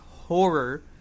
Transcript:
horror